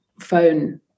phone